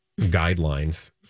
guidelines